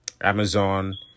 Amazon